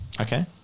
Okay